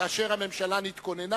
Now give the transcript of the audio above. כאשר הממשלה התכוננה